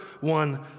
one